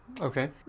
okay